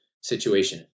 situation